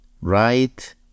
right